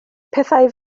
pethau